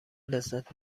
لذت